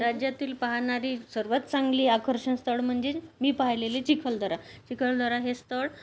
राज्यातील पाहणारी सर्वात चांगली आकर्षण स्थळ म्हणजे मी पाहिलेली चिखलदरा चिखलदरा हे स्थळ